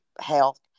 health